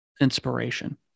inspiration